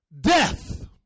Death